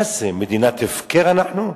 מה זה, מדינת הפקר אנחנו?